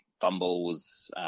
fumbles